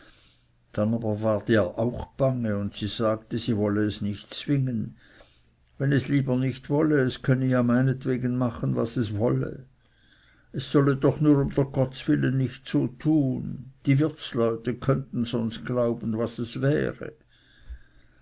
dann ward ihr aber auch bange und sie sagte sie wolle es nicht zwingen wenn es lieber nicht wolle so könne es ja ihretwegen machen was es wolle es solle doch nur dr gottswillen nicht so tun die wirtsleute könnten sonst glauben was es wäre